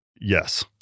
yes